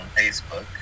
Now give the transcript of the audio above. Facebook